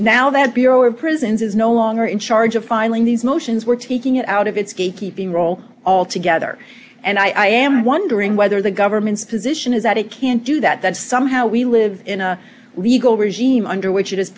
now that bureau of prisons is no longer in charge of filing these motions were taking it out of its gatekeeping role all together and i am wondering whether the government's position is that it can't do that that somehow we live in a legal regime under which